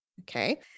okay